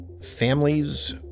families